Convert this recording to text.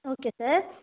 okay sir